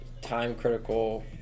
time-critical